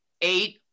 Eight